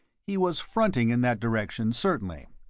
he was fronting in that direction, certainly,